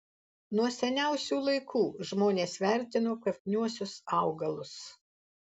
nuo seniausių laikų žmonės vertino kvapniuosius augalus